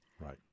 Right